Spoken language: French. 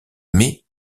mais